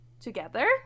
together